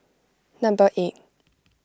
number eight